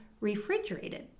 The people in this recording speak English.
refrigerated